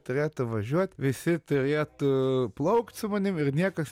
turėtų važiuot visi turėtų plaukt su manim ir niekas